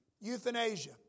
Euthanasia